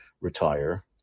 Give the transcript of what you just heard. retire